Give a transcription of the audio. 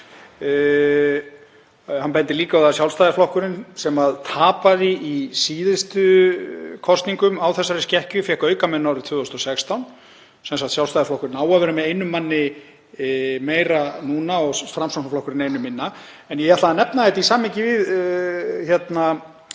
Hann bendir líka á að Sjálfstæðisflokkurinn sem tapaði í síðustu kosningum á þessari skekkju fékk aukamenn árið 2016. Sem sagt: Sjálfstæðisflokkurinn á að vera með einum manni meira núna og Framsóknarflokkurinn einum minna. Ég ætlaði að nefna þetta í samhengi við